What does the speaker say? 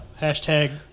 hashtag